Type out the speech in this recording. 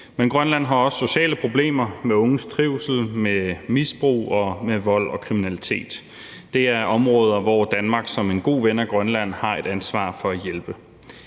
Men Grønland har også sociale problemer i forhold til unges trivsel og med misbrug, vold og kriminalitet. Det er områder, hvor Danmark som en god ven af Grønland har et ansvar for at hjælpe.